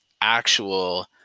actual